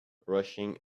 rushing